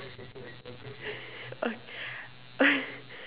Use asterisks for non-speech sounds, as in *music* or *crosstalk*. *laughs*